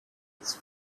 its